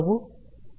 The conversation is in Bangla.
12x3